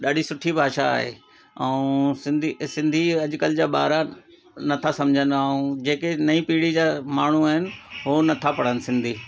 ॾाढी सुठी भाषा आहे ऐं सिंधी सिंधी अॼुकल्ह जा ॿार नथा सम्झनि ऐं जेके नई पीड़ी जा माण्हू आहिनि उहे नथा पढ़नि सिंधी